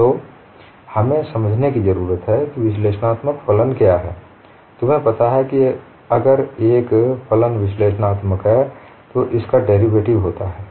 सो हमें समझने की जरूरत है कि विश्लेषणात्मक फलन क्या है तुम्हें पता है अगर एक फलन विश्लेषणात्मक है तो इसका डेरिवेटिव होता हैं